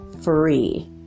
free